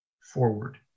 forward